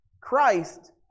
Christ